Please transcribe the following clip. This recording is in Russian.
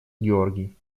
георгий